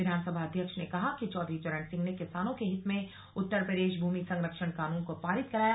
विधानसभा अध्यक्ष ने कहा चौधरी चरण सिंह ने किसानों के हित में उत्तर प्रदेश भूमि संरक्षण कानून को पारित कराया